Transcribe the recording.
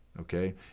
okay